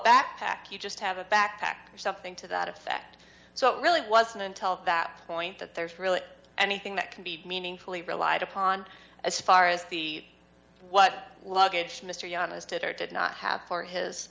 backpack you just have a backpack or something to that effect so it really wasn't until that point that there's really anything that can be meaningfully relied upon as far as the what luggage mr younis did or did not have for his